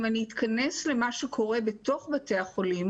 אם אני אתכנס למה שקורה בתוך בתי החולים